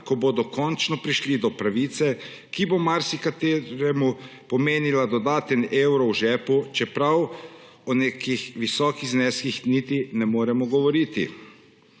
ko bodo končno prišli do pravice, ki bo marsikateremu pomenila dodaten evro v žepu, čeprav o nekih visokih zneskih niti ne moremo govoriti.V